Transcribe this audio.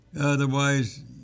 Otherwise